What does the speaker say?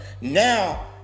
now